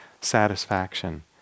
satisfaction